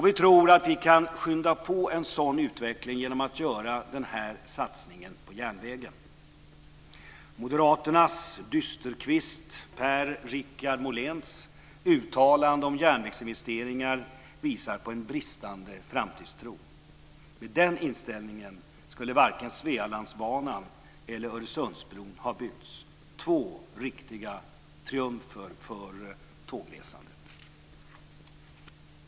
Vi tror att vi kan skynda på en sådan utveckling genom att göra denna satsning på järnvägen. Moderaternas dysterkvist Per-Richard Moléns uttalande om järnvägsinvesteringar visar på en bristande framtidstro. Med den inställningen skulle varken Svealandsbanan eller Öresundsbron ha byggts - två riktiga triumfer för tågresandet.